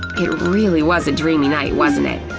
it really was a dreamy night, wasn't it?